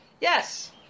Yes